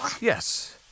Yes